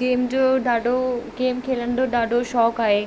game जो ॾाढो game खेलण जो ॾाढो शौक़ु आहे